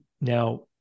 now